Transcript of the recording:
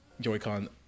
Joy-Con